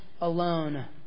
alone